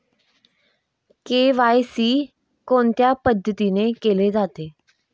KYC कोणत्या पद्धतीने केले जाते?